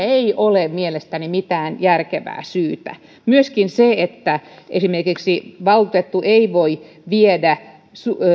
ei ole mielestäni mitään järkevää syytä myöskin se että valtuutettu ei voi viedä